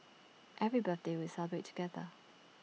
every birthday we'll celebrate together